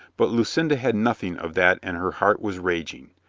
but lucinda had nothing of that and her heart was raging.